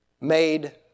made